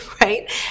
right